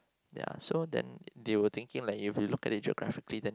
ya so then they were thinking like if you look at it geographically then